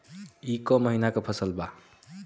ई क महिना क फसल बा?